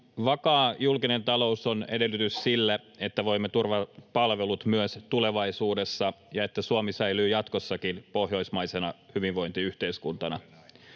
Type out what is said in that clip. Vakaa julkinen talous on edellytys sille, että voimme turvata palvelut myös tulevaisuudessa ja että Suomi säilyy jatkossakin pohjoismaisena hyvinvointiyhteiskuntana.